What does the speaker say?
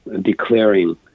declaring